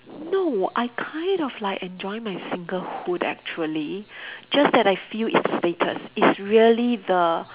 no I kind of like enjoy my singlehood actually just that I feel it's the status it's really the